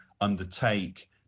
undertake